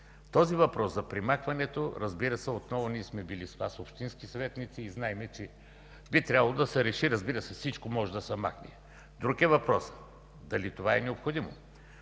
Този въпрос за премахването – ние сме били с Вас общински съветници и знаем, че би трябвало да се реши. Разбира се, всичко може да се махне. Друг е въпросът дали това е необходимо.